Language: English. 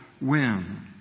win